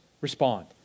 respond